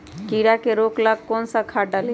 कीड़ा के रोक ला कौन सा खाद्य डाली?